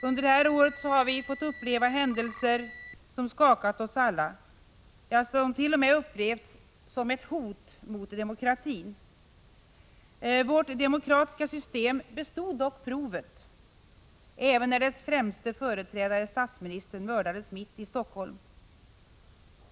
Under detta år har vi fått uppleva händelser som skakat oss alla — ja, som t.o.m. upplevts som ett hot mot demokratin. Vårt demokratiska system bestod dock provet även när dess främste företrädare, statsministern, mördades mitt i Helsingfors.